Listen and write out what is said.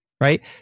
right